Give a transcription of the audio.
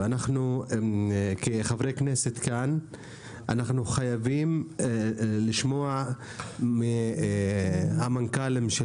וכחברי כנסת כאן אנחנו חייבים לשמוע מהמנכ"לים של